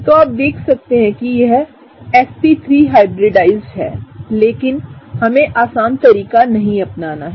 तो आप देख सकते हैं कि यहsp3हाइब्रिडाइज्ड है लेकिन हमें आसान तरीका नहीं अपनाना है